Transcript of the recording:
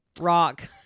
Rock